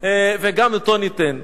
וגם אותו ניתן.